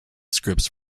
scripts